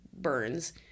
burns